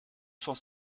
cent